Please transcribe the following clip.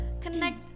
connect